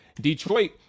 Detroit